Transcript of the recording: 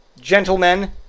gentlemen